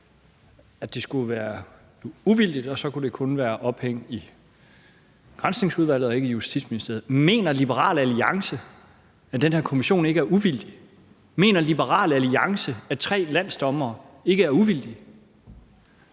at det skulle være uvildigt, og at det kun burde være forankret i Granskningsudvalget og ikke i Justitsministeriet. Mener Liberal Alliance, at den her kommission ikke er uvildig? Mener Liberal Alliance, at tre landsdommere ikke uvildige?